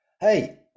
hey